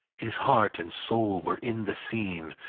his heart and soul were in the scene,